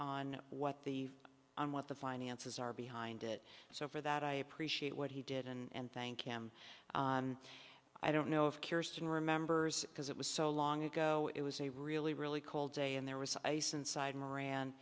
on what the on what the finances are behind it so for that i appreciate what he did and thank him i don't know if curious to know remembers because it was so long ago it was a really really cold day and there was ice inside moran